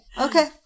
Okay